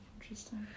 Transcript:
interesting